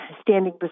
standing